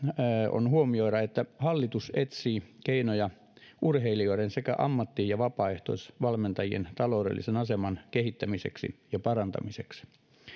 on huomioida että hallitus etsii keinoja urheilijoiden sekä ammatti ja vapaaehtoisvalmentajien taloudellisen aseman kehittämiseksi ja parantamiseksi